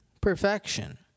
Perfection